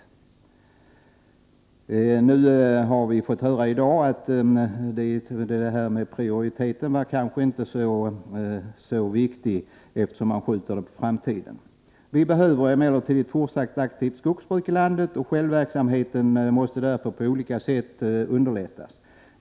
Nu har vi fått höra i dag att detta med prioriteten inte var så viktigt, eftersom man skjuter frågan på framtiden. Vi behöver emellertid ett fortsatt aktivt skogsbruk i landet, och självverksamheten måste därför på olika sätt underlättas.